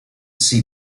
see